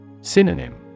Synonym